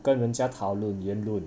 跟人家讨论言论